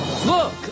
Look